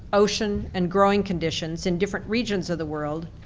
ocean and growing conditions in different regions of the world,